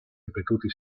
ripetuti